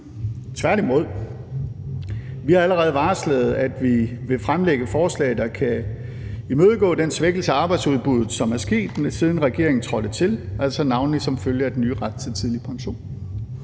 tværtimod. Vi har allerede varslet, at vi vil fremlægge forslag, der kan imødegå den svækkelse af arbejdsudbuddet, som er sket siden regeringen trådte til, altså navnlig som følge af den nye ret til tidlig pension.